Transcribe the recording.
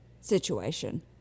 situation